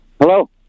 Hello